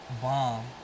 bomb